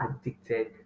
addicted